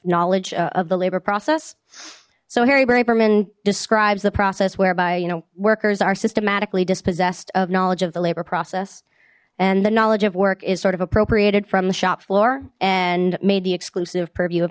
knowledge of the labor process so harry berman describes the process whereby you know workers are systematically dispossessed of knowledge of the labor process and the knowledge of work is sort of appropriate from the shop floor and made the exclusive purview of